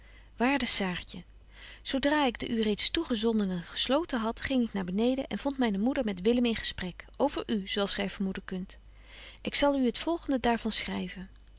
waarde saartje zo dra ik den u reeds toegezondenen gesloten had ging ik naar beneden en vond myne moeder met willem in gesprek over u zo als gy vermoeden kunt ik zal u het volgende daar van schryven